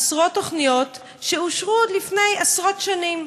עשרות תוכניות, שאושרו עוד לפני עשרות שנים,